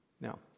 Now